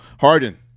Harden